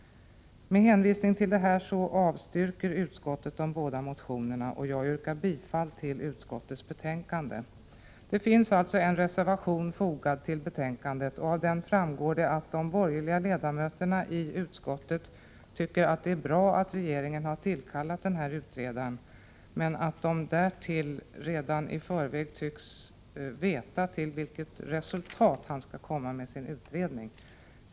Med hänvisning härtill avstyrker utskottet de båda motionerna, och jag yrkar bifall till utskottets hemställan. Det har till betänkandet fogats en reservation. Av denna framgår att de borgerliga ledamöterna i utskottet tycker att det är bra att regeringen har tillkallat denna utredare. Men reservanterna tycks därtill redan i förväg veta till vilket resultat utredaren skall komma.